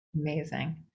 Amazing